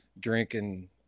drinking